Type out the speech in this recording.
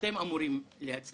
אתם אמורים להצליח,